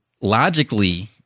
Logically